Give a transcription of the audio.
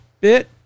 bit